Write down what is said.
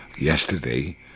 yesterday